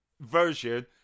version